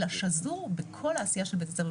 אלא שזור בכל העשייה של בית הספר.